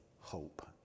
hope